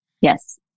Yes